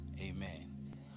Amen